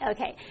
Okay